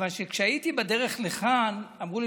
מכיוון שכשהייתי בדרך לכאן אמרו לי